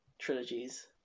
trilogies